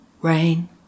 rain